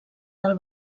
del